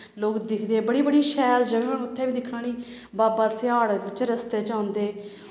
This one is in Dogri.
लोग दिखदे बड़ी बड़ी शैल जगह् न उत्थें बी दिक्खने आह्लियां बाबा स्याड़ बिच्च रस्ते च औंदे